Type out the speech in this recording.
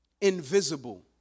invisible